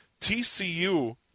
TCU